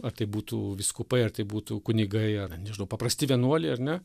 ar tai būtų vyskupai ar tai būtų kunigai ar nežinau paprasti vienuoliai ar ne